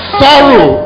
sorrow